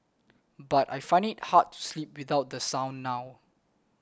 but I find it hard to sleep without the sound now